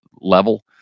level